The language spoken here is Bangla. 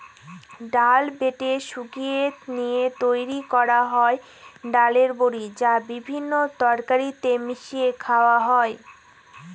ডাল বেটে শুকিয়ে নিয়ে তৈরি করা হয় ডালের বড়ি, যা বিভিন্ন তরকারিতে মিশিয়ে খাওয়া হয়